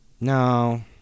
No